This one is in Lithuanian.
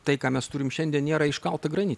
tai ką mes turim šiandien nėra iškalta granite